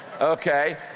okay